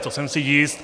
To jsem si jist.